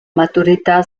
maturità